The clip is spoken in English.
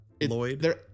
Lloyd